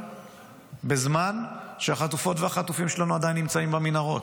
בזמן שהחטופות והחטופים שלנו עדיין נמצאים המנהרות.